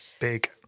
Big